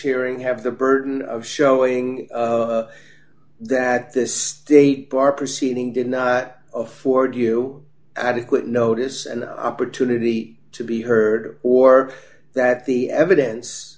hearing have the burden of showing that this state bar proceeding did not afford you adequate notice and opportunity to be heard or that the evidence